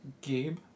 gabe